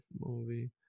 movie